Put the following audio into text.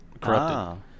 corrupted